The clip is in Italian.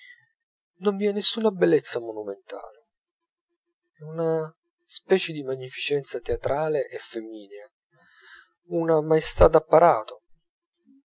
non vi è nessuna bellezza monumentale è una specie di magnificenza teatrale e femminea una maestà d'apparato